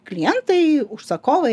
klientai užsakovai